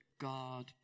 God